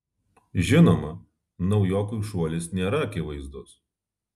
žinoma naujokui šuolis nėra akivaizdus